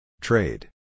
Trade